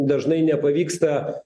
dažnai nepavyksta